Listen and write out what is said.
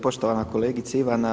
Poštovana kolegice Ivana.